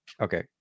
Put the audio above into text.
okay